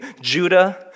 Judah